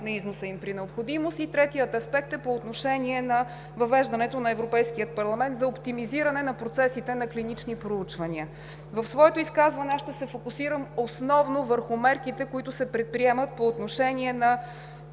на износа им при необходимост, и третият аспект е по отношение на въвеждането на европейския регламент за оптимизиране на процесите на клинични проучвания. В своето изказване аз ще се фокусирам основно върху мерките, които се предприемат по отношение на